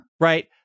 Right